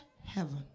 heaven